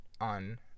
on